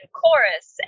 chorus